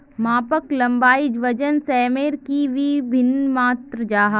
मापन लंबाई वजन सयमेर की वि भिन्न मात्र जाहा?